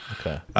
Okay